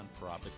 nonprofit